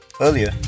Earlier